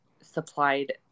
supplied